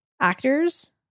actors